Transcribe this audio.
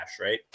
right